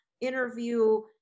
interview